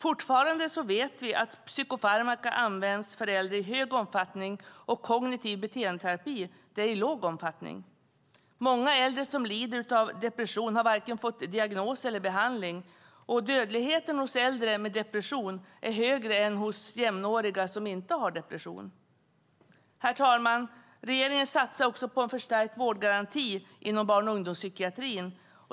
Fortfarande vet vi att psykofarmaka används för äldre i stor omfattning och kognitiv beteendeterapi i liten omfattning. Många äldre som lider av depression har fått varken diagnos eller behandling, och dödligheten hos äldre med depression är högre än hos jämnåriga som inte har depression. Regeringen satsar också på en förstärkt vårdgaranti inom barn och ungdomspsykiatrin.